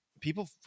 people